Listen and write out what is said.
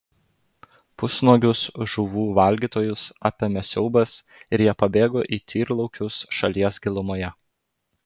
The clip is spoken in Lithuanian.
pusnuogius žuvų valgytojus apėmė siaubas ir jie pabėgo į tyrlaukius šalies gilumoje